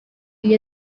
gli